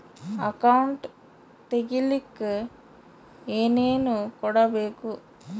Account ತೆಗಿಲಿಕ್ಕೆ ಏನೇನು ಕೊಡಬೇಕು?